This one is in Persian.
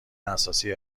اساسی